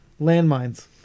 Landmines